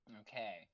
Okay